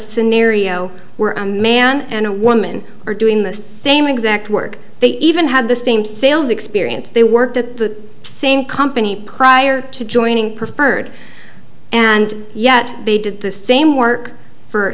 scenario where a man and a woman are doing the same exact work they even have the same sales experience they worked at the same company prior to joining preferred and yet they did the same work for